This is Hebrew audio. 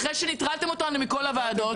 לא יכולים להצביע אחרי שנטרלתם אותנו מכל הוועדות.